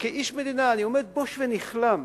וכאיש מדינה אני עומד בוש ונכלם